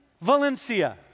Valencia